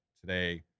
today